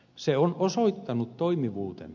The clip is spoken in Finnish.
se on osoittanut toimivuutensa